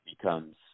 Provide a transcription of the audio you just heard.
becomes